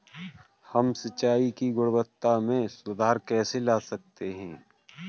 हम सिंचाई की गुणवत्ता में सुधार कैसे ला सकते हैं?